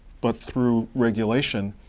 but through regulation,